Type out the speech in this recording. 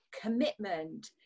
commitment